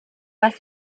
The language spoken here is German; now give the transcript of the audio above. was